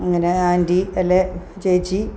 അങ്ങനെ ആൻറ്റി അല്ലേ ചേച്ചി